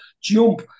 jump